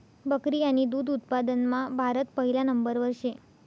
बकरी आणि दुध उत्पादनमा भारत पहिला नंबरवर शे